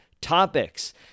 topics